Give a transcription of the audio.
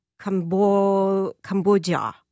Cambodia